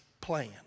plan